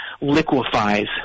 liquefies